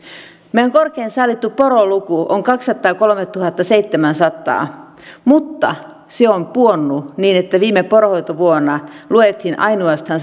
meidän korkein sallittu poroluku on kaksisataakolmetuhattaseitsemänsataa mutta se on pudonnut niin että viime poronhoitovuonna luettiin ainoastaan